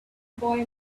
boy